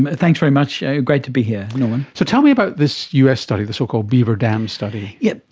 ah thanks very much, great to be here norman. so tell me about this us study, the so-called beaver dam study. yes,